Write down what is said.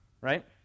right